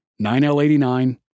9L89